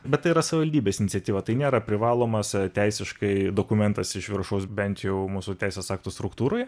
bet tai yra savivaldybės iniciatyva tai nėra privalomas teisiškai dokumentas iš viršaus bent jau mūsų teisės aktų struktūroje